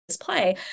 play